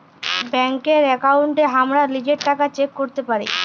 ব্যাংকের একাউন্টে হামরা লিজের টাকা চেক ক্যরতে পারি